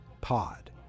Pod